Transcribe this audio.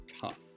tough